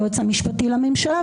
היועץ המשפטי לממשלה,